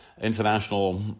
international